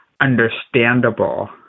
understandable